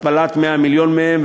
התפלת 100 מיליון מהם,